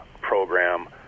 program